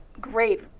great